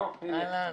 אהלן.